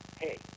hey